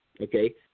okay